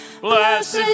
Blessed